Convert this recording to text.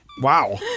Wow